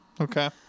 Okay